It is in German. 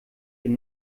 den